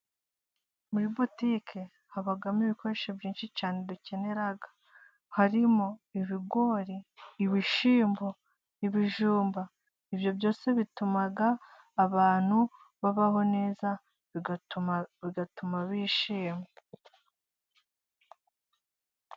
Muri butike habamo ibikoresho byinshi cyane dukenera harimo ibigori, ibishyimbo, ibijumba. Ibyo byose bituma abantu babaho neza, bigatuma bishima.